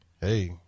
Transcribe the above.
Hey